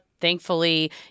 Thankfully